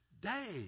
Day